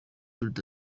biruta